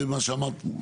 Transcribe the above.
מה שאמרת?